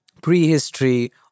prehistory